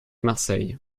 marseille